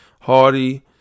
Hardy